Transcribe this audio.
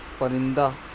پرندہ